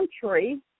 country